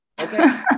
okay